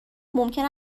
ممکن